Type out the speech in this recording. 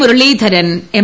Muraleedharan M